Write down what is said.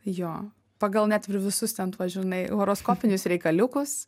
jo pagal net ir visus ten tuos žinai horoskopinius reikaliukus